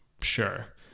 Sure